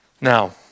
Now